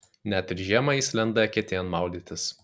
net ir žiemą jis lenda eketėn maudytis